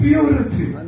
Purity